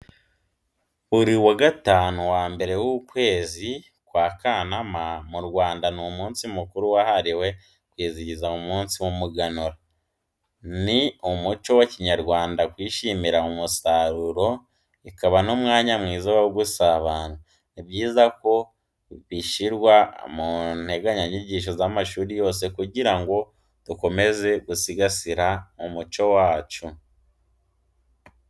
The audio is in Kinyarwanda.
Buri wa gatanu wa mbere w'ukwezi kwa Kanama mu Rwanda, ni umunsi mukuru wahariwe kwizihiza umunsi w'umuganura. Ni umuco wa kinyarwanda kwishimira umusaruro, bikaba n'umwanya mwiza wo gusabana. Ni byiza ko bishyirwa mu nteganyanyigisho z'amashuri yose kugira ngo dukomeze dusigasire umuco wacu.